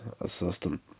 assistant